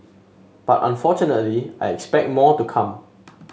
but unfortunately I expect more to come